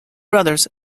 brothers